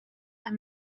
and